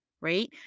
Right